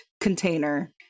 container